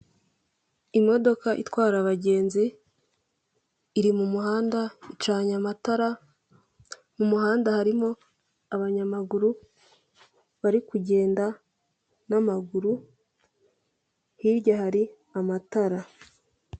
Imodoka itwara abagenzi iri mumuhanda icanye amatara mu muhanda harimo abanyamaguru bari kugenda n'amaguru hirya hari amatara.